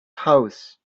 house